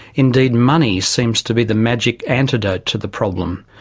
indeed, money seems to be the magic antidote to the problem.